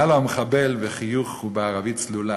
ענה לו המחבל בחיוך ובערבית צלולה: